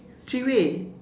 three way